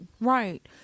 right